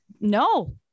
no